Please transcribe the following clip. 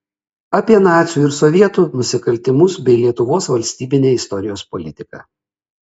apie nacių ir sovietų nusikaltimus bei lietuvos valstybinę istorijos politiką